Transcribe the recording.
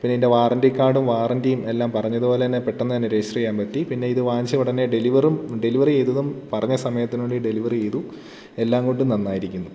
പിന്നെ ഇതിൻ്റെ വാറണ്ടി കാർഡും വാറണ്ടിയും എല്ലാം പറഞ്ഞതുപോലന്നെ പെട്ടെന്നന്നെ രജിസ്റ്റർ ചെയ്യാൻ പറ്റി പിന്നെ ഇത് വാങ്ങിച്ച ഉടനെ ഡെലിവറും ഡെലിവറി ചെയ്തതും പറഞ്ഞ സമയത്തുനുള്ളിൽ ഡെലിവർ ചെയ്തു എല്ലാം കൊണ്ടും നന്നായിരിക്കുന്നു